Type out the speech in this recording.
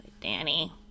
Danny